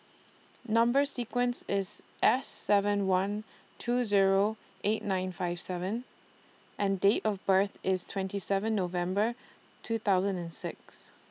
Number sequence IS S seven one two Zero eight nine five seven and Date of birth IS twenty seven November two thousand and six